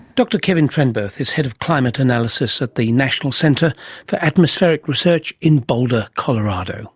dr kevin trenberth is head of climate analysis at the national centre for atmospheric research in boulder, colorado